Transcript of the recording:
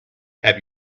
have